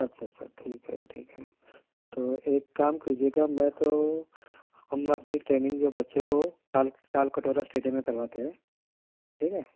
اچھا اچھا ٹھیک ہے ٹھیک ہے تو ایک کام کیجیے گا میں تو ہم اپنی ٹریننگ جو ہے بچوں کو تالک تال کٹورا اسٹیڈیم میں کرواتے ہیں ٹھیک ہے